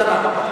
דעתי איתנה.